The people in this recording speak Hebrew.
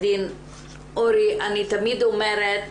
אני רוצה לפתוח את